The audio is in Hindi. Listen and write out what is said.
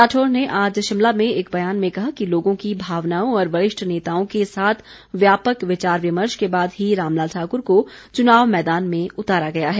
राठौर ने आज शिमला में एक बयान में कहा कि लोगों की भावनाओं और वरिष्ठ नेताओं के साथ व्यापक विचार विमर्श के बाद ही रामलाल ठाकुर को चुनाव मैदान में उतारा गया है